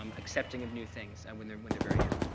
um accepting of new things and when they're when they're very young.